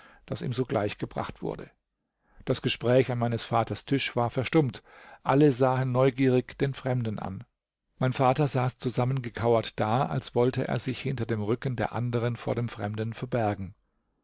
das ihm sogleich gebracht wurde das gespräch an meines vaters tisch war verstummt alle sahen neugierig den fremden an mein vater saß zusammengekauert da als wollte er sich hinter den rücken der anderen vor dem fremden verbergen